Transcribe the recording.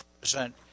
present